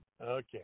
Okay